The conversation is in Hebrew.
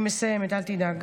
אני מסיימת, אל תדאג.